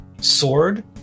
sword